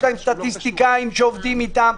יש להם סטטיסטיקאים שעובדים איתם.